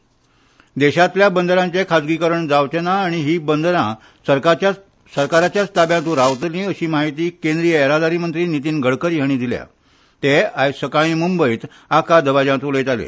गडकरी देशातल्या बंदरांचे खाजगीकरण जावचे ना आनी ही बंदरा सरकाराच्याच ताब्यांत रावतली अशी म्हायती केंद्रीय़ येरादरी मंत्री नितीन गडकरी हाणी दिल्या ते आयज सकाळी मूंबयत आका दबाज्यात उलैताले